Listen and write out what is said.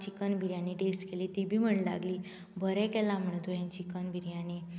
chicken biryani test केल्ली ती बीन म्हण लागली बरी केल्या म्हणून तुवें चिकन बिरयानी